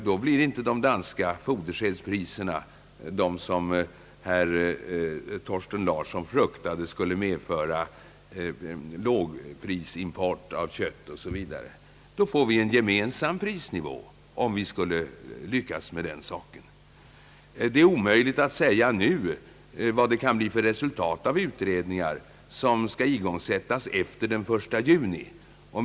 Då kommer inte de danska fodersädspriserna, såsom herr Thorsten Larsson fruktade, att medföra lågprisimport av kött m.m. Vi får en gemensam prisnivå, om vi skulle lyckas med den saken. Det är omöjligt att nu säga vad det kan bli för resultat av utredningar som skall igångsättas efter den 1 juli.